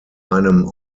einem